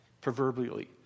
proverbially